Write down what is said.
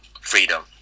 freedom